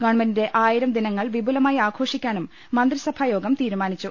ഗവൺമെന്റിന്റെ ആയിരം ദിനങ്ങൾ വിപുലമായി ആഘോ ഷിക്കാനും മന്ത്രിസഭായോഗം തീരുമാനിച്ചു